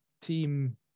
team